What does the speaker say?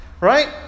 right